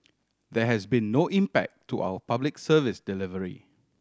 there has been no impact to our Public Service delivery